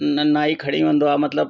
नाई खणी वेंदो आहे